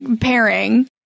pairing